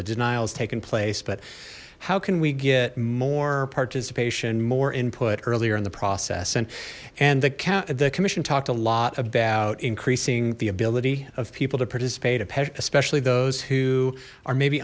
the denial is taking place but how can we get more participation more input earlier in the process and and the cat the commission talked a lot about increasing the ability of people to participate especially those who are maybe